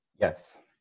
Yes